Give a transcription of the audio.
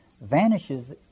vanishes